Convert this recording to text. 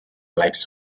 lives